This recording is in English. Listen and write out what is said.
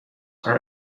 are